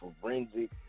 forensic